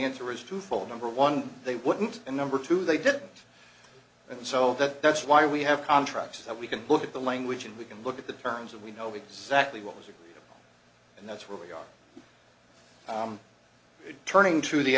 answer is twofold number one they wouldn't and number two they didn't and so that that's why we have contracts that we can look at the language and we can look at the terms and we know exactly what was there and that's where we are turning to the